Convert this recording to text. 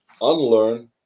unlearn